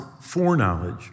foreknowledge